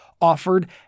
offered